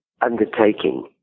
undertaking